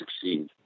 succeed